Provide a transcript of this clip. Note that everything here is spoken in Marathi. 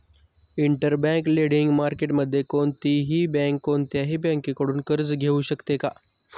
इंटरबँक लेंडिंग मार्केटमध्ये कोणतीही बँक कोणत्याही बँकेकडून कर्ज घेऊ शकते का?